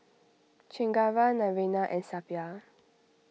Chengara Naraina and Suppiah